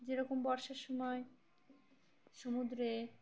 যেরকম বর্ষার সময় সমুদ্রে